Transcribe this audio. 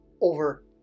over